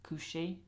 coucher